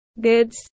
goods